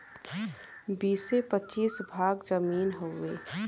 बीसे पचीस भाग जमीन हउवे